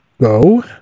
go